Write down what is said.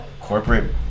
corporate